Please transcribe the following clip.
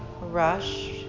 rush